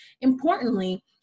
Importantly